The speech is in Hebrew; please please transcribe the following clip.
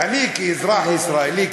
אני כאזרח ישראלי,